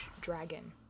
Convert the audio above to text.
dragon